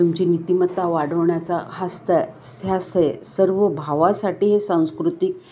तुमची नीतिमत्ता वाढवण्याचा हास्तय स्यासय सर्व भावासाठी हे सांस्कृतिक